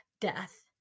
death